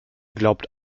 glaubt